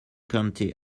county